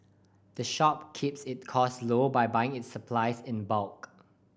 the shop keeps it cost low by buying its supplies in bulk